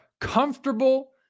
comfortable